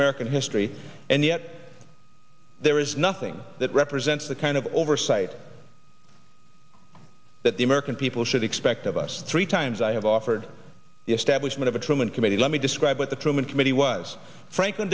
american history and yet there is nothing that represents the kind of oversight that the american people should expect of us three times i have offered the establishment of a truman committee let me describe what the truman committee was franklin